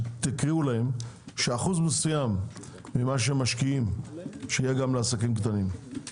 שאחוז מסוים ממה שמשקיעים שיהיה גם לעסקים קטנים.